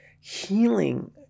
healing